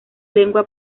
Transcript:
lengua